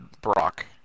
Brock